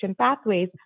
pathways